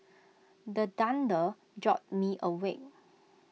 the thunder jolt me awake